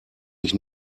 mich